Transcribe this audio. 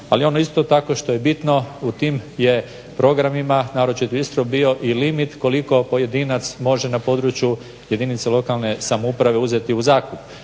Ali ono isto tako što je bitno u tim je programima, naročito isto bio i limit koliko pojedinca može na području jedinica lokalne samouprave uzeti u zakup.